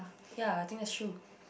ya I think that is true